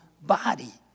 body